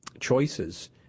choices